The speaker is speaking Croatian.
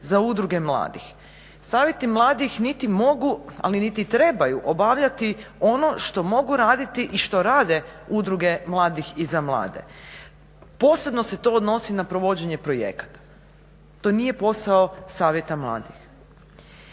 za udruge mladih. Savjeti mladih niti mogu a niti trebaju obavljati ono što mogu raditi i što rade udruge mladih i za mlade. Posebno se to odnosi na provođenje projekata. To nije posao savjeta mladih.